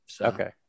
Okay